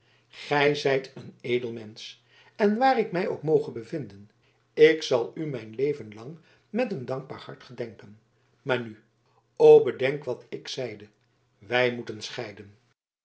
gij zijt een edel mensch en waar ik mij ook moge bevinden ik zal u mijn leven lang met een dankbaar hart gedenken maar nu o bedenk wat ik zeide wij moeten scheiden